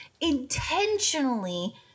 Intentionally